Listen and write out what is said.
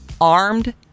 armed